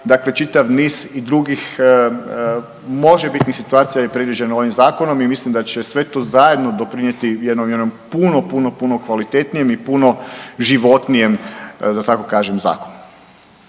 dakle čitav niz i drugih možebitnih situacija je predviđeno ovim zakonom i mislim da će sve to zajedno doprinijeti jednom puno, puno, puno kvalitetnijem i puno životnijem da tako kažem zakonu.